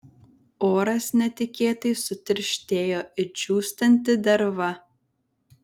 oras netikėtai sutirštėjo it džiūstanti derva